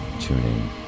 tuning